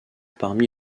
parmi